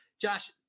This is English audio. Josh